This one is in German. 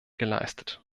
geleistet